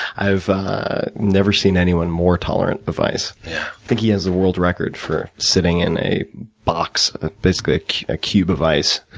i've never seen anyone more tolerant of ice. i think he has a world's record for sitting in a box, a bisquick ah cube of ice.